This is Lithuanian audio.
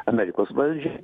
amerikos valdžiai